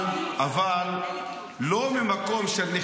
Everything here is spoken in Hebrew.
אבל,